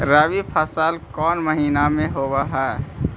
रबी फसल कोन महिना में होब हई?